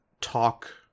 talk